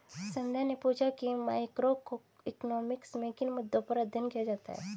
संध्या ने पूछा कि मैक्रोइकॉनॉमिक्स में किन मुद्दों पर अध्ययन किया जाता है